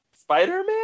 Spider-Man